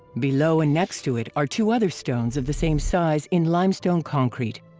below and next to it are two other stones of the same size in limestone concrete.